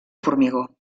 formigó